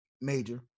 major